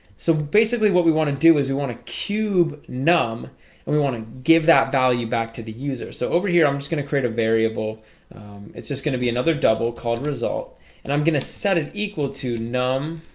so basically, what we want to do is we want a cube num and we want to give that value back to the user so over here, i'm just gonna create a variable it's just gonna be another double called result and i'm gonna set it equal to num